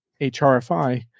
HRFI